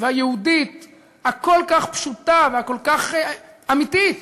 והיהודית הכל-כך פשוטה והכל-כך אמיתית,